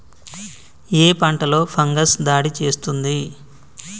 ఏ పంటలో ఫంగస్ దాడి చేస్తుంది?